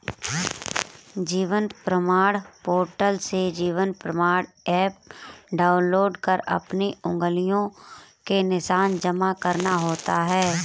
जीवन प्रमाण पोर्टल से जीवन प्रमाण एप डाउनलोड कर अपनी उंगलियों के निशान जमा करना होता है